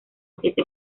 siete